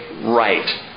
right